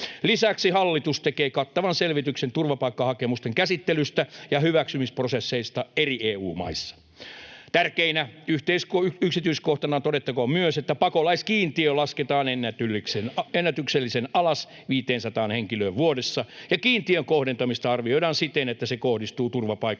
Lisäksi hallitus tekee kattavan selvityksen turvapaikkahakemusten käsittelystä ja hyväksymisprosesseista eri EU-maissa. Tärkeänä yksityiskohtana todettakoon myös, että pakolaiskiintiö lasketaan ennätyksellisen alas, 500 henkilöön vuodessa, ja kiintiön kohdentamista arvioidaan siten, että se kohdistuu turvapaikkaa oikeasti